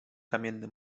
kamienny